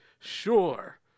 Sure